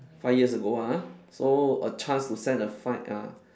five years ago ah so a chance to send a five uh